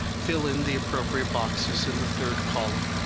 fill in the appropriate boxes in the third column.